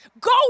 Go